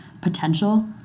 potential